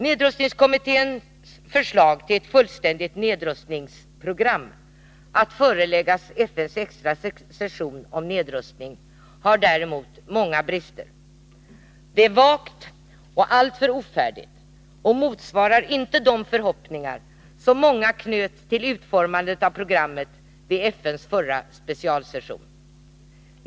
Nedrustningskommitténs förslag till ett fullständigt nedrustningsprogram att föreläggas FN:s extra session om nedrustning har däremot många brister. Det är vagt och alltför ofärdigt, och det motsvarar inte de förhoppningar som många knöt till utformandet av programmet vid FN:s förra specialsession.